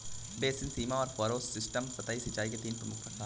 basin, सीमा और furrow system सतही सिंचाई के तीन प्रमुख प्रकार है